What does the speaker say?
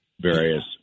various